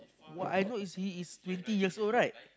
what I know is he is twenty years old right